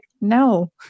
no